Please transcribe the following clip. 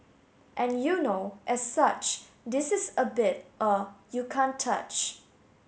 and you know as such this is a beat you can't touch